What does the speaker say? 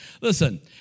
Listen